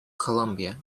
colombia